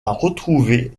retrouver